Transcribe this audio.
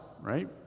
right